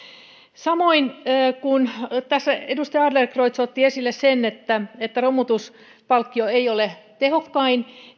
tässä edustaja adlercreutz otti esille sen että että romutuspalkkio ei ole tehokkain